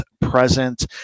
present